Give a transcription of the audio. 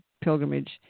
pilgrimage